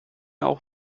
auch